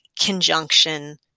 Conjunction